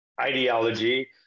ideology